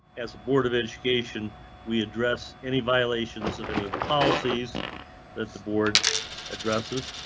as a board of education we address any violations of any of the policies that the board addresses.